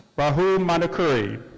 rahul modukuri.